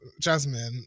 Jasmine